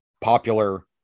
popular